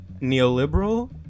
neoliberal